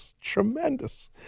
Tremendous